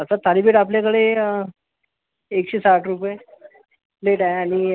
sir thalipeeth आपल्याकडे एकशे साठ रुपये प्लेट आहे आणि